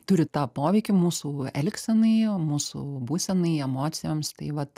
turi tą poveikį mūsų elgsenai mūsų būsenai emocijoms tai vat